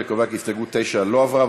אני קובע כי הסתייגות 9 לא עברה.